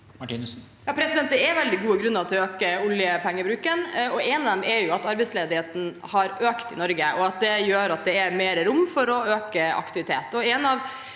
(R) Det er vel- dig gode grunner til å øke oljepengebruken, og en av dem er at arbeidsledigheten har økt i Norge, og at det gjør at det er mer rom for å øke aktiviteten.